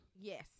Yes